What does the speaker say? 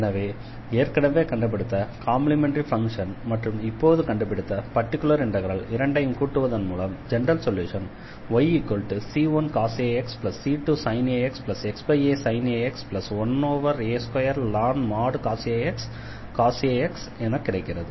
எனவே ஏற்கனவே கண்டுபிடித்த காம்ப்ளிமெண்டரி ஃபங்ஷன் மற்றும் இப்போது கண்டுபிடித்த பர்டிகுலர் இண்டெக்ரல் இரண்டையும் கூட்டுவதன் மூலம் general solution yc1cos ax c2sin ax xasin ax 1a2ln |cos ax | cos ax என கிடைக்கிறது